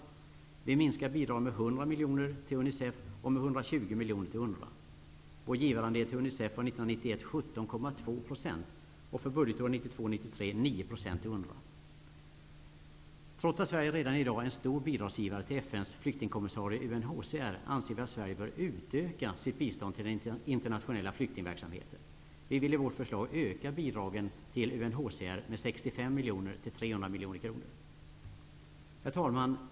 Vi vill minska bidragen med 100 UNRWA. Vår givarandel var år 1991 vad gäller Trots att Sverige redan i dag är en stor bidragsgivare till FN:s flyktingskommissarie UNHCR anser vi att Sverige bör utöka sitt bistånd till den internationella flyktingverksamheten. Vi vill i vårt förslag öka bidragen till UNHCR med 65 miljoner kronor till 300 miljoner kronor. Herr talman!